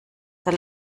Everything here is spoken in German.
der